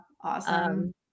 awesome